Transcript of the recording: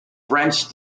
french